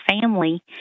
family